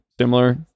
similar